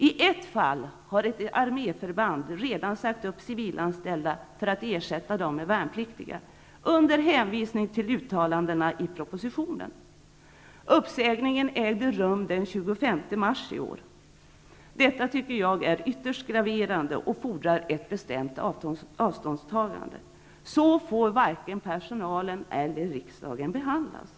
I ett fall har ett arméförband redan sagt upp civilanställda för att ersätta dem med värnpliktiga, med hänvisning till uttalandena i propositionen. Uppsägningen ägde rum den 25 mars i år. Detta anser jag vara ytterst graverande och fordra ett bestämt avståndstagande. Så får varken personalen eller riksdagen behandlas.